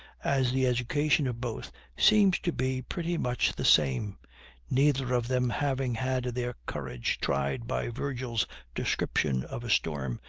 as the education of both seems to be pretty much the same neither of them having had their courage tried by virgil's description of a storm,